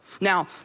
Now